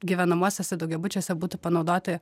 gyvenamuosiuose daugiabučiuose būtų panaudoti